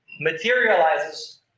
materializes